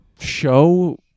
show